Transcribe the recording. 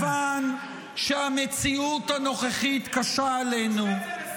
אבל דווקא מכיוון שהמציאות הנוכחית קשה עלינו,